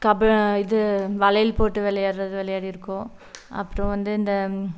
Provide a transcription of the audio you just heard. கப இது வளையல் போட்டு விளையாட்றது விளையாடிருக்கோம் அப்புறோம் வந்து இந்த